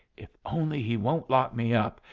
if only he won't lock me up!